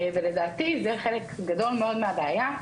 ולדעתי זה חלק גדול מאוד מהבעיה,